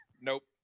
Nope